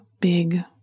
big